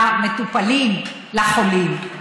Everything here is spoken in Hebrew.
למטופלים, לחולים.